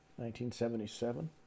1977